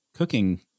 cooking